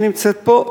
שנמצאת פה,